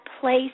place